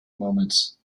moments